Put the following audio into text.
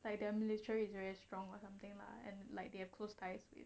like the military is very strong or something lah and like they have close ties with